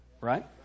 Right